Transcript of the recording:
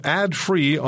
ad-free